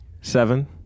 Seven